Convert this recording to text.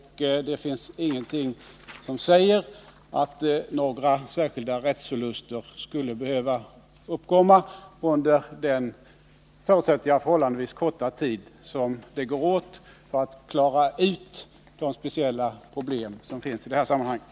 Det finns ingenting som säger att några särskilda rättsförluster skulle behöva uppkomma under den, förutsätter jag, förhållandevis korta tid som går åt för att klara ut de speciella problem som finns i sammanhanget.